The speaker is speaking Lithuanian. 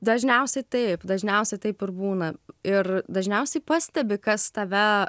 dažniausiai taip dažniausiai taip ir būna ir dažniausiai pastebi kas tave